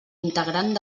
integrant